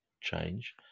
change